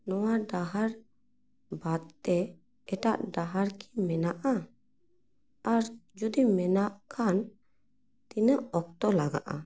ᱱᱚᱣᱟ ᱰᱟᱦᱟᱨ ᱵᱟᱫᱛᱮ ᱮᱴᱟᱜ ᱰᱟᱦᱟᱨ ᱠᱤ ᱢᱮᱱᱟᱜᱼᱟ ᱟᱨ ᱡᱩᱫᱤ ᱢᱮᱱᱟᱜ ᱠᱷᱟᱱ ᱛᱤᱱᱟᱹᱜ ᱚᱠᱛᱚ ᱞᱟᱜᱟᱜᱼᱟ